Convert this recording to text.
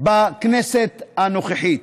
בכנסת הנוכחית.